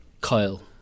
Kyle